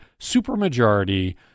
supermajority